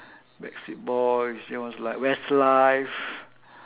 backstreet boys then was like westlife